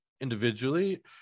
individually